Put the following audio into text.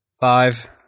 Five